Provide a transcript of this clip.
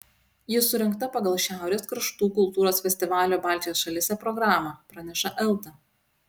ji surengta pagal šiaurės kraštų kultūros festivalio baltijos šalyse programą praneša elta